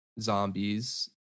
zombies